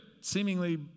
seemingly